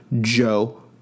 Joe